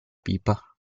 pipa